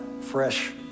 fresh